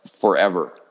forever